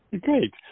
Great